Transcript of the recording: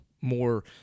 More